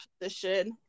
position